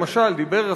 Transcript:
למשל דיבר השר,